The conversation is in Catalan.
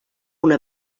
una